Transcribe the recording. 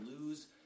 lose